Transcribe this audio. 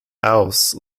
ouse